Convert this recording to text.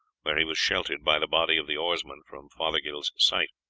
where he was sheltered by the body of the oarsmen from fothergill's sight.